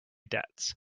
debts